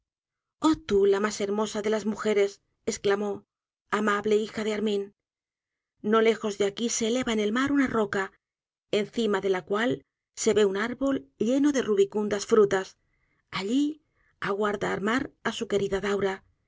tú la mas hermosa de las mujeres esclamó amable hija de armin no lejos de aquí se eleva en el mar una roca encima de la cual se ve un árbol lleno de rubicundas frutas alii aguarda armar á su querida daura